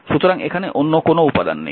সুতরাং এখানে অন্য কোনও উপাদান নেই